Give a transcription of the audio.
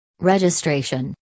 Registration